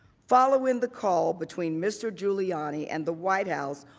following the call between mr. giuliani and the white house,